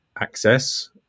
access